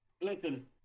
listen